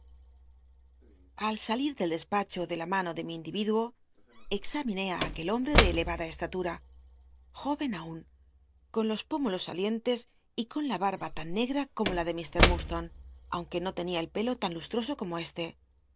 al salit del despácho de la mano de mi individuo examiné i aquel hombre de eleyada estatura jóen aun con los pómulos salientes y con la barba tan nega como la de lit murd lone aunque no tenia el pelo tan lustoso como este